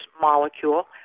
molecule